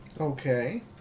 Okay